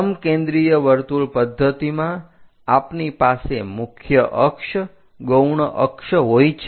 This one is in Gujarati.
સમ કેન્દ્રિય વર્તુળ પદ્ધતિમાં આપની પાસે મુખ્ય અક્ષ ગૌણ અક્ષ હોય છે